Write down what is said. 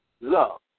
Love